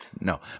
No